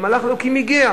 ומלאך אלוקים הגיע,